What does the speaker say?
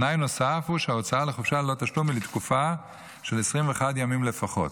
תנאי נוסף הוא שההוצאה לחופשה ללא תשלום היא לתקופה של 21 ימים לפחות,